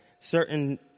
certain